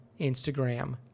Instagram